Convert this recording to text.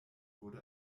wurde